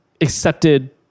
accepted